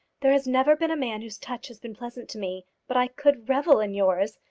there has never been a man whose touch has been pleasant to me but i could revel in yours.